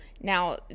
now